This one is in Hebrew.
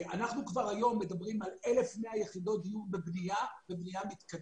אנחנו כבר היום מדברים על 1,100 יחידות דיור בבנייה מתקדמת,